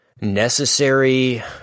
necessary